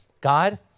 God